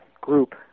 group